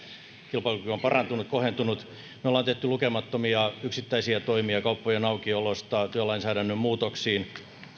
kilpailukyky on parantunut kohentunut me olemme tehneet lukemattomia yksittäisiä toimia kauppojen aukiolosta työlainsäädännön muutoksiin